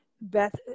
Beth